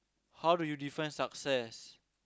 how do you define success